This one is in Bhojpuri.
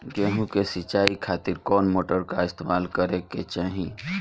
गेहूं के सिंचाई खातिर कौन मोटर का इस्तेमाल करे के चाहीं?